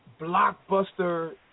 blockbuster